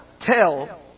tell